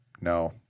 No